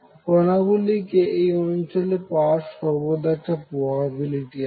কনা গুলিকে এই অঞ্চলে পাওয়ার সর্বদা একটা প্রবাবিলিটি আছে